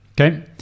Okay